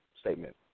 statement